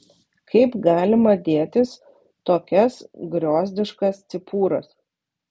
kaip galima dėtis tokias griozdiškas cipūras